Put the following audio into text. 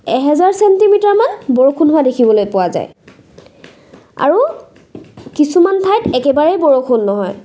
এহেজাৰ চেণ্টিমিটাৰমান বৰষুণ হোৱা দেখিবলৈ পোৱা যায় আৰু কিছুমান ঠাইত একেবাৰেই বৰষুণ নহয়